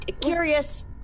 curious